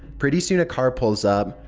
pretty soon a car pulls up.